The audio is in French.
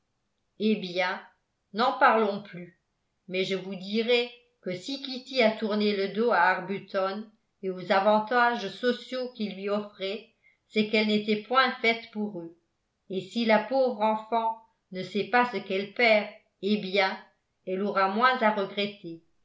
eh bien n'en parlons plus mais je vous dirai que si kitty a tourné le dos à arbuton et aux avantages sociaux qu'il lui offrait c'est qu'elle n'était point faite pour eux et si la pauvre enfant ne sait pas ce qu'elle perd eh bien elle aura moins à regretter